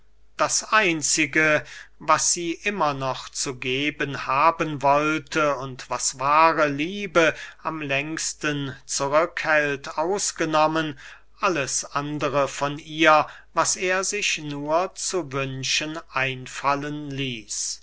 das einzige was sie immer noch zu geben haben wollte und was wahre liebe am längsten zurückhält ausgenommen alles andere von ihr was er sich nur zu wünschen einfallen ließ